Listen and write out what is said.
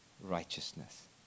righteousness